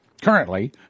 Currently